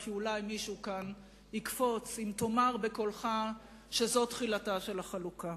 כי אולי מישהו כאן יקפוץ אם תאמר בקולך שזאת תחילתה של החלוקה.